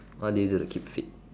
what do you do to keep fit